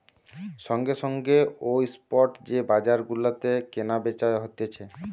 সঙ্গে সঙ্গে ও স্পট যে বাজার গুলাতে কেনা বেচা হতিছে